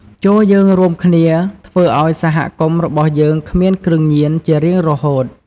ចូរយើងរួមគ្នាធ្វើឱ្យសហគមន៍របស់យើងគ្មានគ្រឿងញៀន ជារៀងរហូត។